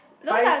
fries